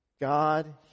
God